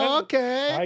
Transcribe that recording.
okay